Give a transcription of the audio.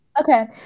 okay